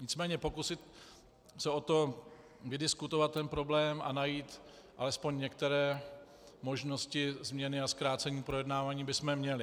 Nicméně pokusit se o to vydiskutovat ten problém a najít alespoň některé možnosti změny a zkrácení projednávání bychom měli.